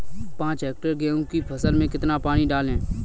पाँच हेक्टेयर गेहूँ की फसल में कितना पानी डालें?